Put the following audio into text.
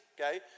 okay